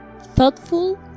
thoughtful